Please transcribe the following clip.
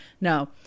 no